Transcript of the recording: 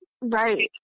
right